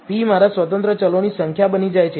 p મારા સ્વતંત્ર ચલોની સંખ્યા બની જાય છે